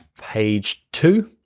page two,